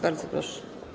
Bardzo proszę.